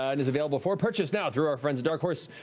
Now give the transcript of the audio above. ah it is available for purchase now through our friends at dark horse.